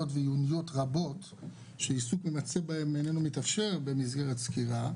וענייניות רבות שעיסוק ממצה בהן אינו מתאפשר במסגרת סקירה.